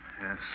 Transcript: Yes